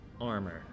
armor